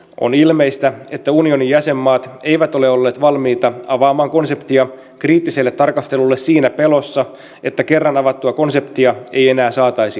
on ilmeistä että unionin jäsenmaat eivät ole olleet valmiita avaamaan konseptia kriittiselle tarkastelulle siinä pelossa että kerran avattua konseptia ei enää saataisi harsittua kokoon